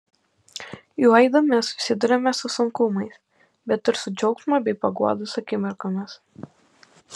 juo eidami susiduriame su sunkumais bet ir su džiaugsmo bei paguodos akimirkomis